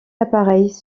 appareils